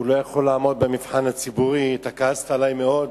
הוא לא יכול לעמוד במבחן הציבורי, כעסת עלי מאוד.